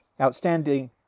Outstanding